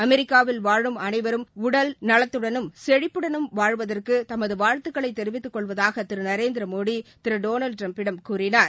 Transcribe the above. அமெரிக்காவில் வாழும் அனைவரும் நல்ல உடல் நலத்துடனும் செழிப்புடனும் வாழ்வதற்கு தமது வாழ்த்துக்களை தெரிவித்துக் கொள்வதாக திரு நரேந்திரமோடி திரு டொனால்டு ட்டிரம்பிடம் கூறினார்